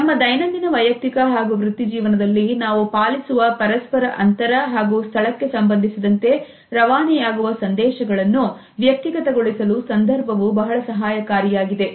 ನಮ್ಮ ದೈನಂದಿನ ವೈಯಕ್ತಿಕ ಹಾಗೂ ವೃತ್ತಿ ಜೀವನದಲ್ಲಿ ನಾವು ಪಾಲಿಸುವ ಪರಸ್ಪರ ಅಂತರ ಹಾಗೂ ಸ್ಥಳಕ್ಕೆ ಸಂಬಂಧಿಸಿದಂತೆ ರವಾನೆಯಾಗುವ ಸಂದೇಶಗಳನ್ನು ವ್ಯಕ್ತಿಗತ ಗೊಳಿಸಲು ಸಂದರ್ಭವು ಬಹಳ ಸಹಾಯಕಾರಿಯಾಗಿದೆ